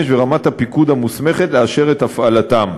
ורמת הפיקוד המוסמכת לאשר את הפעלתם.